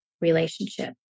relationship